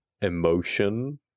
emotion